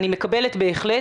אני מקבלת בהחלט.